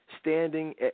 standing